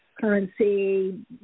currency